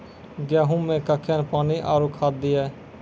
गेहूँ मे कखेन पानी आरु खाद दिये?